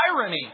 irony